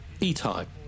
E-Type